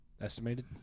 Estimated